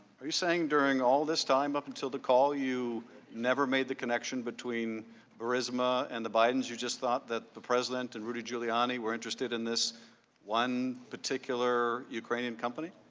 are you saying during all this time up until the call, you never made the connection between barisma and the bidens? you just thought the the president and rudy giuliani were interested in this one ukrainian company?